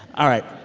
all right,